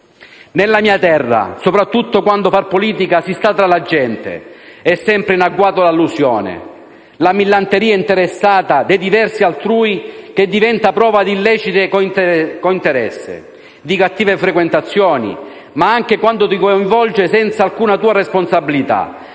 Nella mia terra, soprattutto quando per fare politica si sta tra le gente, è sempre in agguato l'allusione, la millanteria interessata dei discorsi altrui che diventa prova di illecite cointeressenze, di cattive frequentazioni, anche quando ti coinvolge senza alcuna tua responsabilità,